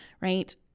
right